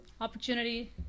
opportunity